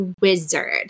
wizard